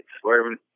swerving